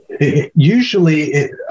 usually